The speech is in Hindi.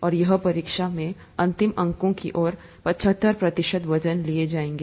और यह परीक्षा से अंतिम अंकों की ओर पचहत्तर प्रतिशत वजन ले जाएगा